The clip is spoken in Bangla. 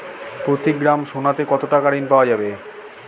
প্রতি গ্রাম সোনাতে কত টাকা ঋণ পাওয়া যাবে?